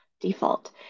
default